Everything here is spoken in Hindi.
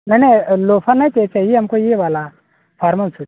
नहीं नहीं लोफर नहीं चहे चाहिए हमको ये वाला फार्मल सूज